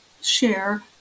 share